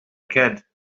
kid